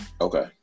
Okay